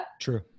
True